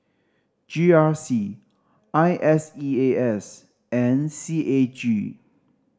G R C I S E A S and C A G